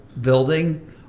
building